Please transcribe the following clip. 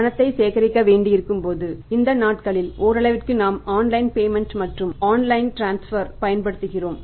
பணத்தை சேகரிக்க வேண்டியிருக்கும் போது இந்த நாட்களில் ஓரளவிற்கு நாம் ஆன்லைன் பேமெண்ட் பயன்படுத்துகிறோம்